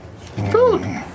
Food